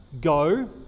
Go